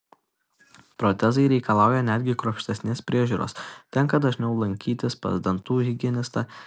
protezai reikalauja netgi kruopštesnės priežiūros tenka dažniau lankytis pas dantų higienistą